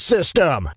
System